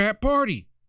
party